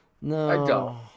No